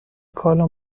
کالا